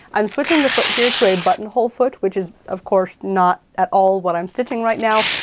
i'm switching the foot here to a buttonhole foot, which is, of course, not at all what i'm stitching right now,